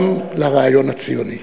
גם לרעיון הציוני.